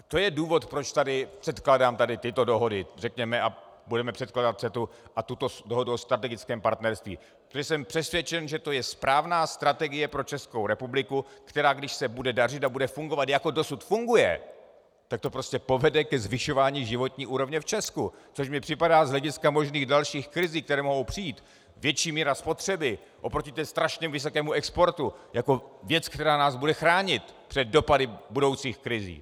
To je důvod, proč tady předkládám tyto dohody, a budeme předkládat dohodu CETA, a tuto dohodu o strategickém partnerství, protože jsem přesvědčen, že to je správná strategie pro Českou republiku, která když se bude dařit a bude fungovat, jako dosud funguje, tak to prostě povede ke zvyšování životní úrovně v Česku, což mi připadá z hlediska dalších možných krizí, které mohou přijít, větší míra spotřeby oproti tomu strašně vysokému exportu, jako věc, která nás bude chránit před dopady budoucích krizí.